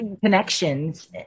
connections